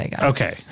okay